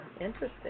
Interesting